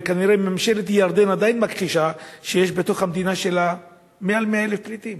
וכנראה ממשלת ירדן עדיין מכחישה שיש בתוך המדינה שלה מעל 100,000 פליטים